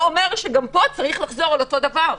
לא אומר שגם פה צריך לחזור על אותו דבר.